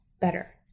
better